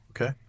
okay